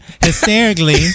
hysterically